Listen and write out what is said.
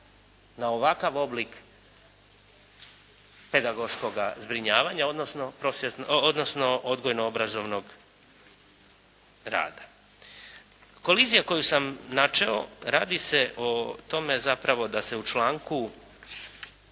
na ovakav oblik pedagoškoga zbrinjavanja odnosno odgojno-obrazovnog rada. Kolizija koju sam načeo, radi se o tome zapravo da se u članku